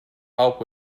help